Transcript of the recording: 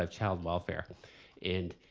ah child well care. and